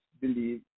believe